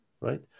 Right